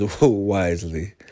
wisely